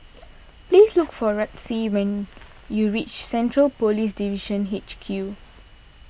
please look for Rusty when you reach Central Police Division H Q